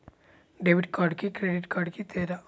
Debit కార్డుకి credit కార్డుకి తేడా?